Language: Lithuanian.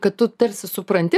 kad tu tarsi supranti